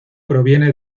proviene